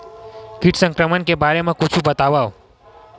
कीट संक्रमण के बारे म कुछु बतावव?